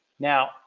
Now